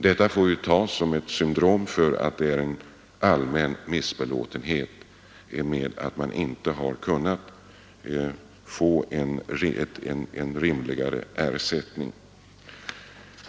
Detta får vi ta som ett symptom på att det råder en allmän missbelåtenhet med att man inte har kunnat få en rimligare ersättning.